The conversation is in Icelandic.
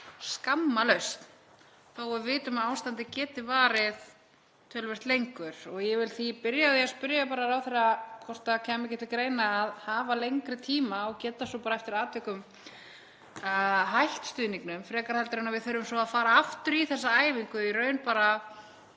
skamma lausn þótt við vitum að ástandið geti varað töluvert lengur. Ég vil því byrja á að spyrja ráðherra hvort það kæmi ekki til greina að hafa lengri tíma og geta svo bara eftir atvikum hætt stuðningnum, frekar en að við þurfum svo að fara aftur í þessa æfingu í raun strax